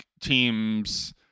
teams